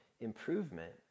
improvement